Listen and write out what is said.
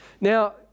Now